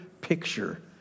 picture